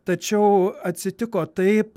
tačiau atsitiko taip